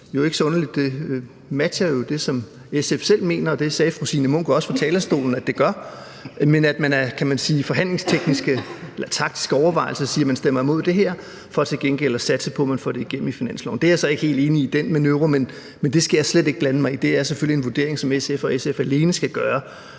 det matcher det, som SF selv mener, og det sagde fru Signe Munk også fra talerstolen at det gør. Men af forhandlingstekniske eller taktiske overvejelser siger man, at man stemmer imod det her for til gengæld at satse på, at man får det igennem i finansloven – og den manøvre er jeg så ikke helt enig i, men det skal jeg slet ikke blande mig i; det er selvfølgelig en vurdering, som SF og SF alene skal